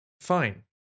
fine